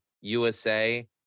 USA